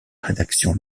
rédaction